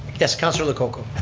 yes, councilor lococo.